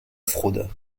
fraude